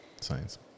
Science